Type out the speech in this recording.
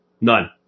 None